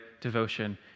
devotion